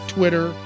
Twitter